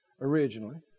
originally